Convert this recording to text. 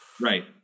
right